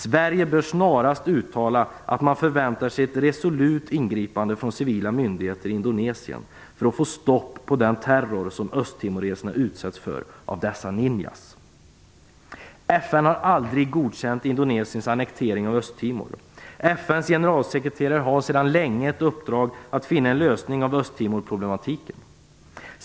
Sverige bör snarast uttala att man förväntar sig ett resolut ingripande från civila myndigheter i Indonesien för att få stopp på den terror som östtimoreserna utsätts för av dessa Ninjas. FN har aldrig godkänt Indonesiens annektering av Östtimor. FN:s generalsekreterare har sedan länge ett uppdrag att finna en lösning på Östtimorproblematiken.